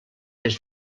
des